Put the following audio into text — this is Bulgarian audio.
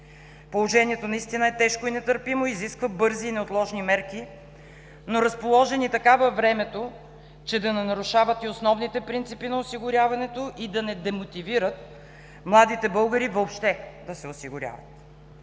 Положението наистина е тежко и нетърпимо, изисква бързи и неотложни мерки, но разположени така във времето, че да не нарушават и основните принципи на осигуряването, и да не демотивират младите българи въобще да се осигуряват.